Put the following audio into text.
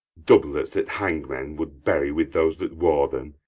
doublets that hangmen would bury with those that wore them,